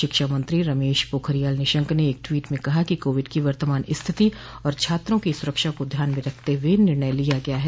शिक्षा मंत्री रमेश पोखरियाल निशंक ने एक ट्वीट में कहा कि कोविड की वर्तमान स्थिति और छात्रों की सुरक्षा को ध्यान में रखते हुए निर्णय लिया गया है